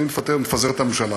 אני מתפטר ומפזר את הממשלה.